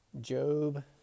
Job